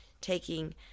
taking